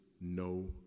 no